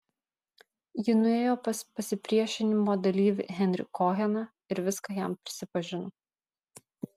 ji nuėjo pas pasipriešinimo dalyvį henrį koheną ir viską jam prisipažino